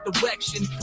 direction